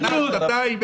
שנה, שנתיים?